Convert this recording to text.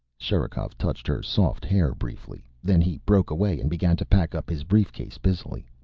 sherikov touched her soft hair briefly. then he broke away and began to pack up his briefcase busily.